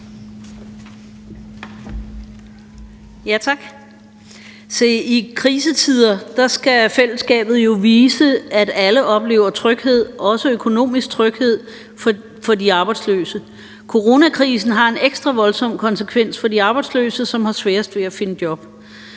I krisetider skal fællesskabet jo vise, at alle oplever tryghed, også økonomisk tryghed for de arbejdsløse. Coronakrisen har en ekstra voldsom konsekvens for de arbejdsløse, som har sværest ved at finde job.